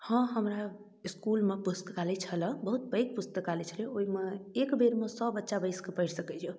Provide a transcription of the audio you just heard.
हँ हमरा इसकुलमे पुस्तकालय छलऽ बहुत पैघ पुस्तकालय छलै ओइमे एक बेरमे सए बच्चा बैसिकऽ पढ़ि सकैये